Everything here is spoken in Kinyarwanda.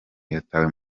yatawe